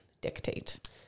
dictate